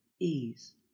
ease